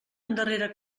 endarrere